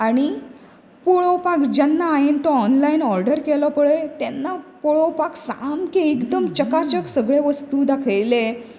आनी पळोवपाक जेन्ना हायेन तो ऑनलायन ऑर्डर केलो पळय तेन्ना पळोवपाक सामके एकदम चकाचक सगळे वस्तू दाखयले